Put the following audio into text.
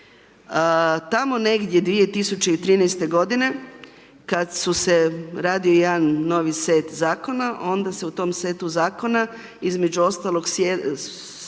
Tamo negdje 2013. godine, kad su se, radio jedan set Zakona, onda se u tom setu Zakona između ostalog, smo